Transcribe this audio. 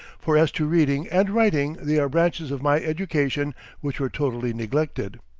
for as to reading and writing, they are branches of my education which were totally neglected.